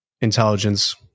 intelligence